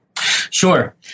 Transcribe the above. Sure